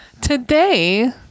today